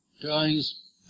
drawings